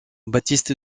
baptiste